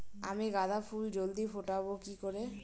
আমি গাঁদা ফুল জলদি ফোটাবো কি করে?